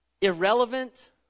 irrelevant